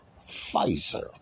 Pfizer